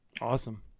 Awesome